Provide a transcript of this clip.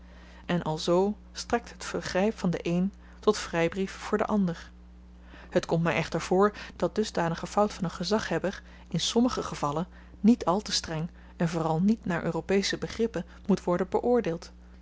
en alzoo strekt het vergryp van den een tot vrybrief voor den ander het komt my echter voor dat dusdanige fout van een gezaghebber in sommige gevallen niet al te streng en vooral niet naar europesche begrippen moet worden beoordeeld